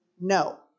no